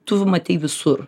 tu matei visur